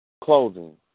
clothing